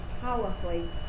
powerfully